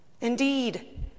Indeed